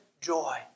joy